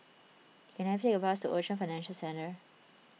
can I take a bus to Ocean Financial Centre